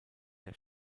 der